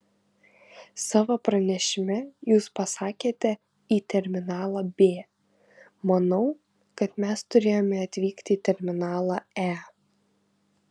savo pranešime jūs pasakėte į terminalą b manau kad mes turėjome atvykti į terminalą e